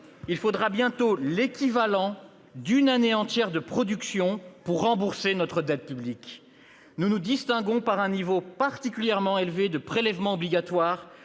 il faudra bientôt l'équivalent d'une année entière de production pour rembourser notre dette publique. Nous nous distinguons par un niveau particulièrement élevé de prélèvements obligatoires,